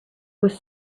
was